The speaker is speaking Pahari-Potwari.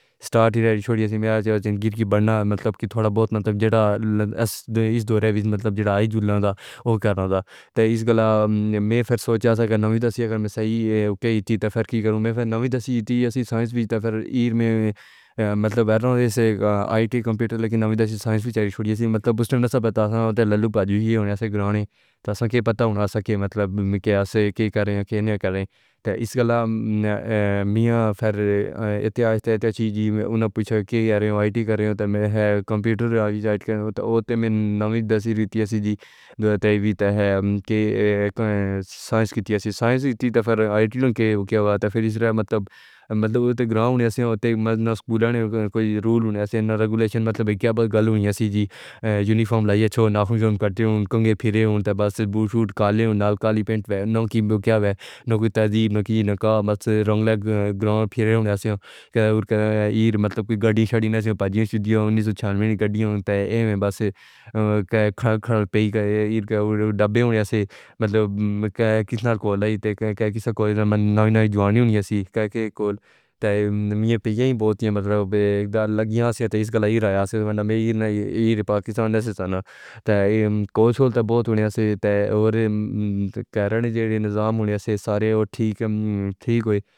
اسٹارٹ ہی چھوڑیئے۔ میں زندگی دی بڑھنا، مطلب کی تھوڑا بہت مطلب جدھا اس دورے وچ مطلب جدھا آیا جلندھا اوہ کرنا سی۔ تو اس گلا میں پھر سوچا جیسے اگر میں سہی کہ دتی تو پھر کیا کراں؟ میں پھر نویں دسویں دتی، اسی سائنس وی تو پھر اِیر وچ مطلب بیٹھونڈے۔ ایسے آئی ٹی، کمپیوٹر لیکن نویں دسویں سائنس وی چھوڑی اسی۔ مطلب اُس وقت تے آسان تے للو بھجوریا ہونے توں گھرانے توں ایساں کو پتہ ہونا سکے۔ مطلب میکی ایساں کرے، کے نہ کرے۔ تو اس گلا میں پھر تاریخ چیز اُنا پُچھے کے آرو آئی ٹی کرےں تو میرے کمپیوٹر آئی آئی ٹی کرےں تو اُتّے میں نویں دسویں دتی اسی جی تبھی تو ہے کے اک سائنس کیتی سائنس کیتی تو پھر آئی ٹی دے ہوگئا ہوا تو پھر اس بارے مطلب مطلب اُدھر گرام ہونے توں اُتّے سکولاں کوئی رول ہونے توں ریگولیشن مطلب کیا گلا ہووے اسی جی یونیفارم لائیے چھو نافُوں چھو کٹے ہوں، کنگھے پھیرے ہوں تو بس بُوٹ شُوٹ کالے نال کالی پینٹ ہو۔ نہ کوئی کیا ہو گیا، نہ کوئی تہذیب، نہ کچھ ناکامست رنگ لے گراؤنڈ پیرے ہونے توں تے اِیر مطلب دی گاڑی-چھڑی وچ پجّی چوڑیاں انیسوچھیانوے ایّنی گڈّیاں تے ایہ ہوئے بس کھا-کھا پئی دے ڈبے ہونے توں مطلب کس نے کال کیتا کسے کو لاونیاں جوانیاں ہونی سی کیسے کول؟ تے میاں پیائی بہت مطلب اکدم لگّیاں سی تے اس گلے ہیرا سے میں اِیر پاکستانی سی نہ کوشش بہت ہوئی ہسی تے تے خیراین جیٹھے نظام ہونے توں سارے ٹھیک-ٹھیک ہوئے۔